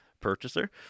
purchaser